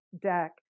deck